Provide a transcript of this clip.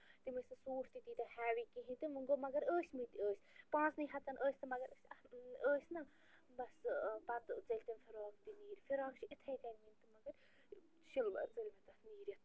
تِم ٲسۍ نہٕ سوٗٹھ تہِ تیٖتیٛاہ ہیٚوِی کِہیٖنۍ تہٕ وۄنۍ گوٚو مگر ٲسمٕتۍ ٲسۍ پانٛژنٕے ہَتَن ٲسۍ تہٕ مگر أسۍ ٲسۍ نا بَس پَتہٕ ژٔلۍ تِم فِراکھ تہِ نیٖر فِراکھ چھِ یِتھٕے کٔنۍ تہٕ وۅنۍ مگر شِلوار ژٔلۍ مےٚ تَتھ نیٖرِتھ